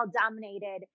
dominated